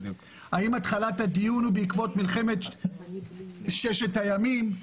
האם התחלת הדיון היא בעקבות מלחמת ששת הימים?